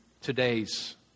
today's